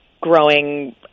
growing